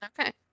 okay